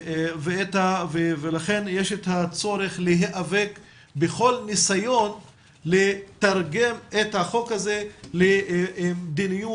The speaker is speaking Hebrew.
ולכן יש את הצורך להיאבק בכל ניסיון לתרגם את החוק הזה למדיניות